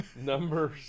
Number